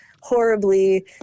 horribly